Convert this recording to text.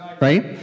right